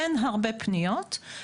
אין הרבה פניות.